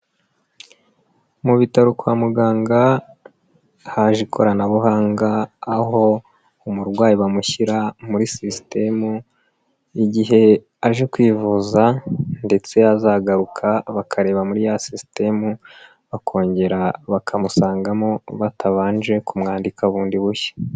Mu bitaro kwa muganga haje ikoranabuhanga aho umurwayi bamushyira muri siysitemu igihe aje kwivuza ndetse azagaruka bakareba muri ya sisitemu bakongera bakamusangamo batabanje kumwandika bundi bushya.